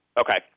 Okay